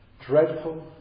dreadful